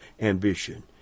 ambition